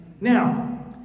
Now